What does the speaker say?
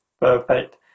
perfect